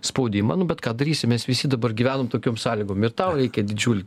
spaudimą nu bet ką darysi mes visi dabar gyvenam tokiom sąlygom ir tau reikia didžiulį